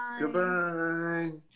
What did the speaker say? Goodbye